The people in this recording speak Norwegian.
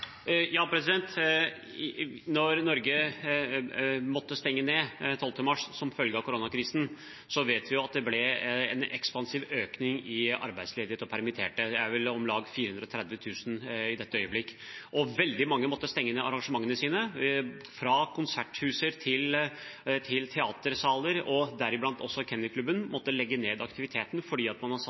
Norge måtte stenge ned 12. mars som følge av koronakrisen, vet vi at det ble en ekspansiv økning i arbeidsledigheten og antallet permitterte. Det er vel om lag 430 000 i dette øyeblikk. Veldig mange måtte stenge ned arrangementene sine, fra konserthus til teatersaler, og også Norsk Kennel Klub måtte legge ned aktiviteten fordi man